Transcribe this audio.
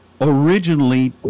originally